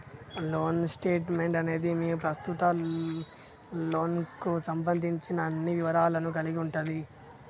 loan statement అనేది మీ ప్రస్తుత లోన్కు సంబంధించిన అన్ని వివరాలను కలిగి ఉంటది